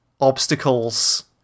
obstacles